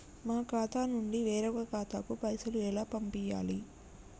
మా ఖాతా నుండి వేరొక ఖాతాకు పైసలు ఎలా పంపియ్యాలి?